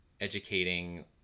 educating